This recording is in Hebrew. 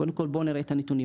קודם כל בואו נראה את הנתונים,